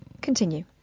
continue